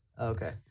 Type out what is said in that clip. Okay